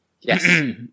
Yes